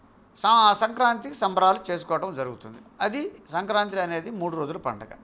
సంక్రాంతికి సంబరాలు చేసుకోవడం జరుగుతుంది అది సంక్రాంతి అనేది మూడు రోజుల పండగ